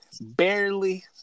Barely